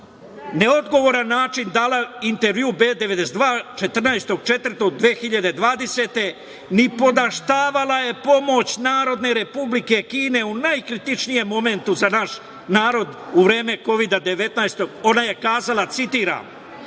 neodgovoran način dala intervju B92 14.4.2020. godine. Nipodaštavala je pomoć Narodne Republike Kine u najkritičnijem momentu za naš narod u vreme Kovida 19. Ona je kazala, citiram: